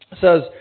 says